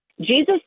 Jesus